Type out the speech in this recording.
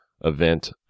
event